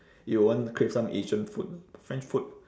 you will want crave some asian food lah french food